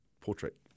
portrait